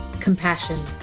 Compassion